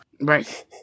Right